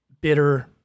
bitter